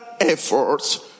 efforts